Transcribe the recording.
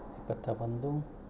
ಇಪ್ಪತ್ತ ಒಂದು